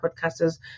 podcasters